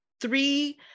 three